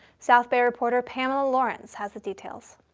south bay reporter, pamela lorence, has the details.